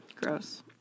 Gross